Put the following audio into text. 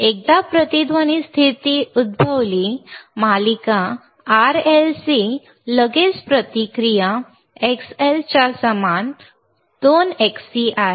एकदा प्रतिध्वनी स्थिती उद्भवली मालिका RLC लेगची प्रतिक्रिया Xl च्या समान 2XC आहे